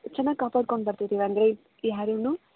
ಚೆನ್ನಾಗಿ ಕಾಪಾಡ್ಕೊಂಡು ಬರ್ತಿದ್ದೀವಿ ಅಂದರೆ ಯಾರೂ